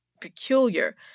peculiar